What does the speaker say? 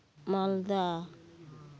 ᱢᱟᱞᱫᱟ